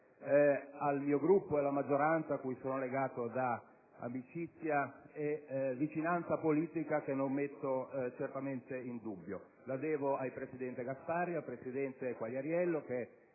ai colleghi della maggioranza, cui sono legato da amicizia e vicinanza politica, che non metto certamente in dubbio. La devo al presidente Gasparri e al vice presidente Quagliariello, che